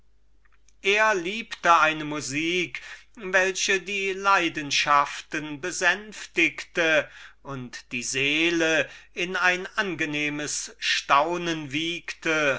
er liebte eine musik welche die leidenschaften besänftigte und die seele in ein angenehmes staunen wiegte